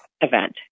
event